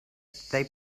they